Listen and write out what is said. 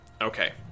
Okay